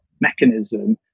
mechanism